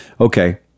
Okay